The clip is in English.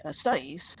studies